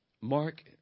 Mark